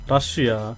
Russia